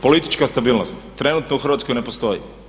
Politička stabilnost, trenutno u Hrvatskoj ne postoji.